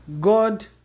God